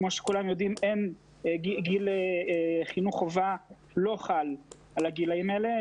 כמו שכולם יודעים גיל חינוך חובה על הגילים האלה.